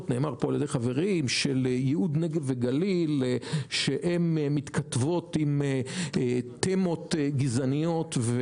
של יהוד נגב וגליל שהן מתכתבות עם תמות גזעניות.